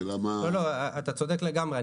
לא, אתה צודק לגמרי.